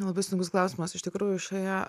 labai sunkus klausimas iš tikrųjų šioje